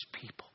people